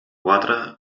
quatre